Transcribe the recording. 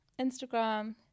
Instagram